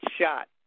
shot